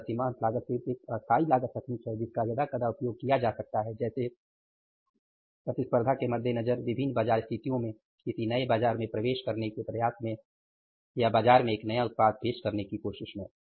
अतः सीमांत लागत सिर्फ एक अस्थायी लागत तकनीक है जिसका यदा कदा उपयोग किया जा सकता है जैसे प्रतिस्पर्धा के मद्देनजर विभिन्न बाजार स्थितियों में किसी नए बाजार में प्रवेश करने के प्रयास में या बाजार में एक नया उत्पाद पेश करने की कोशिश में